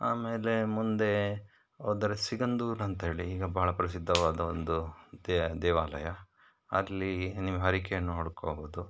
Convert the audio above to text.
ಆಮೇಲೆ ಮುಂದೆ ಹೋದರೆ ಸಿಗಂದೂರು ಅಂತೇಳಿ ಈಗ ಬಹಳ ಪ್ರಸಿದ್ದವಾದ ಒಂದು ದೇ ದೇವಾಲಯ ಅಲ್ಲಿ ನೀವು ಹರಕೆಯನ್ನು ಹೊಡ್ಕೋಬೌದು